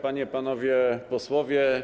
Panie i Panowie Posłowie!